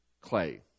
Clay